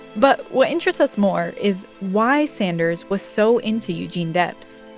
but what interests us more is why sanders was so into eugene debs